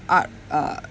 art uh